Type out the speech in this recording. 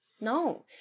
No